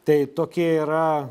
tai tokie yra